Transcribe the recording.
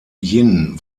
jin